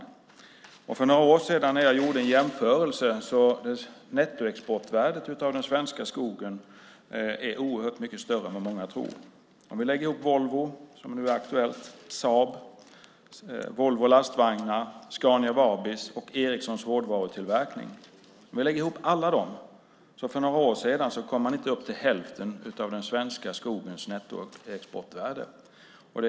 När jag för några år sedan gjorde en jämförelse visade det sig att nettoexportvärdet av den svenska skogen är oerhört mycket större än vad många tror. Om vi lägger ihop hårdvarutillverkningen i Volvo, som nu är aktuellt, Saab, Volvo Lastvagnar, Scania Vabis och Ericsson kom man för några år sedan inte upp till hälften av den svenska skogens nettoexportvärde.